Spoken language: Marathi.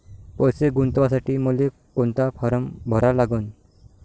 पैसे गुंतवासाठी मले कोंता फारम भरा लागन?